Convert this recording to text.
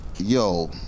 Yo